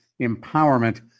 empowerment